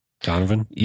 Donovan